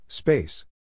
Space